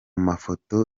mafoto